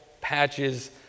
patches